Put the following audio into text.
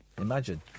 Imagine